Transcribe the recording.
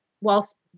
whilst